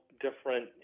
different